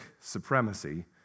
supremacy